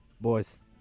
Boys